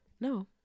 No